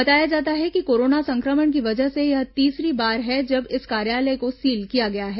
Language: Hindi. बताया जाता है कि कोरोना संक्रमण की वजह से यह तीसरी बार है जब इस कार्यालय को सील किया गया है